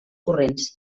corrents